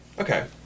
Okay